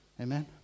Amen